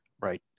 right